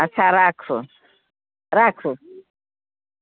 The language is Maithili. अच्छा राखू राखू